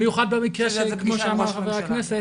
המיוחד במקרה שלי, כמו שאמר חבר הכנסת